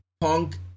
Punk